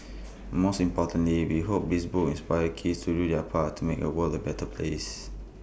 most importantly we hope this book inspire kids to do their part to make A world the better place